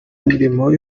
imirimo